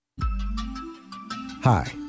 Hi